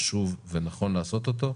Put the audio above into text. חשוב ונכון לעשות אותו,